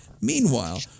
Meanwhile